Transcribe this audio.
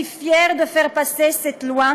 להלן תרגומם: אני גאה להעביר את החוק הזה,